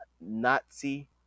Nazi